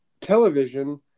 television